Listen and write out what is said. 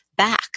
back